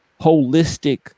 holistic